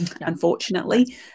unfortunately